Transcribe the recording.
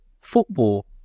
football